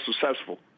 successful